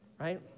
right